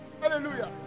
Hallelujah